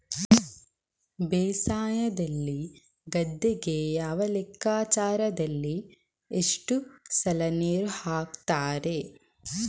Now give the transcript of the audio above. ಬೇಸಾಯದಲ್ಲಿ ಗದ್ದೆಗೆ ಯಾವ ಲೆಕ್ಕಾಚಾರದಲ್ಲಿ ಎಷ್ಟು ಸಲ ನೀರು ಹಾಕ್ತರೆ?